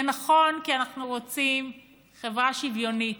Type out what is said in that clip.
זה נכון כי אנחנו רוצים חברה שוויונית.